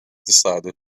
decided